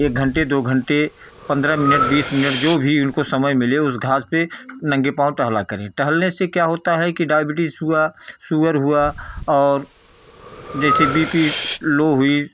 एक घंटे दो घंटे पन्द्रह मिनट बीस मिनट जो भी इनको समय मिले उस घास पर नंगे पाँव टहला करें टहलने से क्या होता है की डाईबिटिज हुआ सुगर हुआ और जैसे बी पी लो हुई